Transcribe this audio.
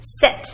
sit